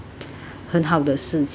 很好的事情 lor